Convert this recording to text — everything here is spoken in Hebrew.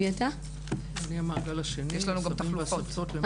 אני המעגל השני, סבים וסבתות.